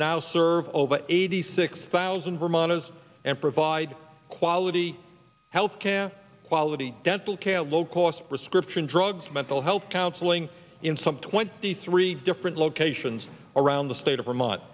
now serve over eighty six thousand vermonters and provide quality health care quality dental care low cost prescription drugs mental health counseling in some twenty three different locations around the state of vermont